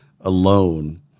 alone